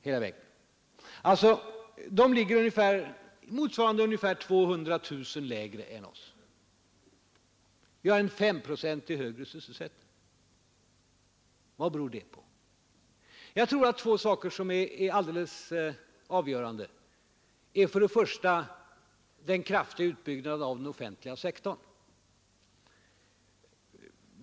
Det innebär att antalet sysselsatta på andra håll är 200 000 mindre än här i landet. Vad beror detta på? Jag tror att två saker är alldeles avgörande. För det första är det den kraftiga utbyggnaden av den offentliga sektorn.